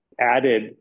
added